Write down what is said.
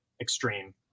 extreme